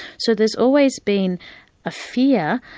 so there's always been a fear,